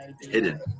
hidden